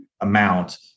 amount